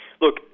Look